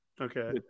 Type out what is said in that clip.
Okay